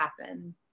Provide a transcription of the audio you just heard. happen